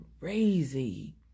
crazy